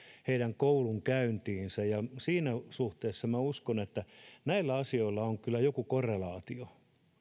heidän koulunkäyntiinsä siinä suhteessa minä uskon että näillä asioilla on kyllä joku korrelaatio